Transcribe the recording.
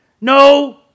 No